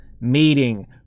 meeting